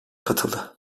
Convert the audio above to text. katıldı